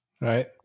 right